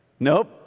nope